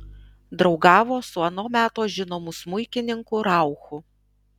draugavo su ano meto žinomu smuikininku rauchu